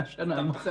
100 שנה.